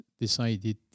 decided